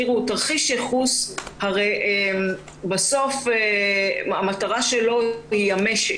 תרחיש ייחוס, הרי בסוף המטרה שלו היא המשק,